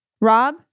rob